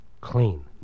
Clean